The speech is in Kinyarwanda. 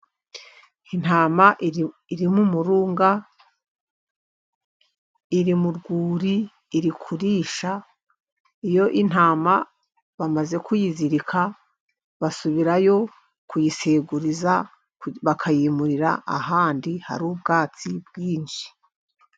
Intama iri mu murunga iri mu rwuri iri kurisha, iyo intama bamaze kuyizirika basubirayo kuyisiguriza bakayimurira ahandi hari ubwatsi bwinshi.